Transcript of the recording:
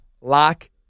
Lock